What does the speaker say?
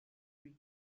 lui